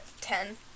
ten